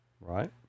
Right